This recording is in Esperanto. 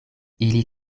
ili